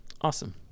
awesome